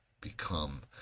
become